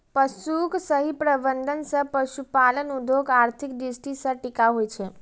पशुक सही प्रबंधन सं पशुपालन उद्योग आर्थिक दृष्टि सं टिकाऊ होइ छै